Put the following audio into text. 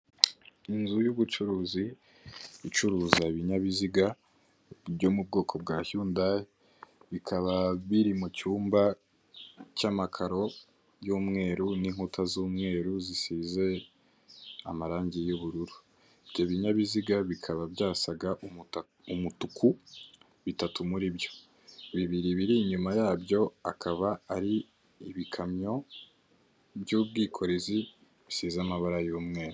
Inzu y'ubucuruzi icuruza ibinyabiziga byo mu bwoko bwa hyundai, bikaba biri mu cyumba cy'amakaro y'umweru n'inkuta z'umweru zisize amarangi y'ubururu. Ibyo binyabiziga bikaba bisa umutuku bitatu muri byo, bibiri bir’inyuma yabyo akaba ari ibikamyo by'ubwikorezi bisize amabara y'umweru.